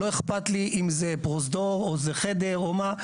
לא אכפת לי אם זה פרוזדור או חדר או מה.